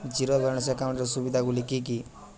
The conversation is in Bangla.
জীরো ব্যালান্স একাউন্টের সুবিধা গুলি কি কি?